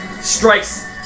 strikes